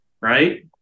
right